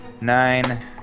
nine